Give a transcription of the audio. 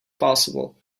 possible